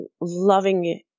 loving